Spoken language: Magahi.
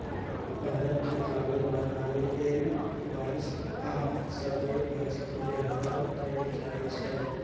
भारत मे कागज बनाबे लेल बांस आ सबइ घास के व्यवहार कएल जाइछइ